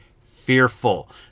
fearful